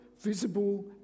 visible